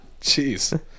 Jeez